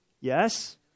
Yes